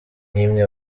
n’imwe